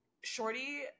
Shorty